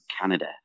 Canada